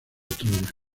troya